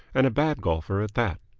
and a bad golfer at that.